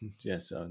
yes